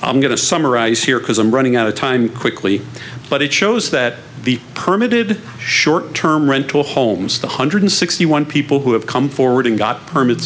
i'm going to summarize here because i'm running out of time quickly but it shows that the permit did short term rental homes the hundred sixty one people who have come forward and got permits